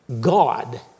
God